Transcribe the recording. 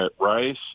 Rice